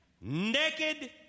naked